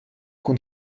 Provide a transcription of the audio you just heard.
kun